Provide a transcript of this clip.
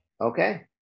Okay